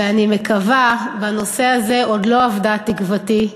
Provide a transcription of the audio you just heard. ואני מקווה, בנושא הזה עוד לא אבדה תקוותי,